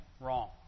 wrong